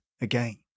again